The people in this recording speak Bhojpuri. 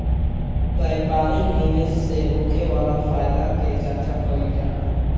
व्यापारिक निवेश से होखे वाला फायदा के चर्चा कईल जाला